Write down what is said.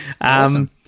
awesome